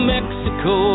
Mexico